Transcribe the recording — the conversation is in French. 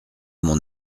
mon